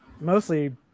mostly